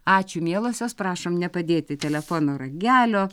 ačiū mielosios prašom nepadėti telefono ragelio